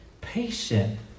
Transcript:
patient